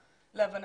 להבנתי,